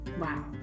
Wow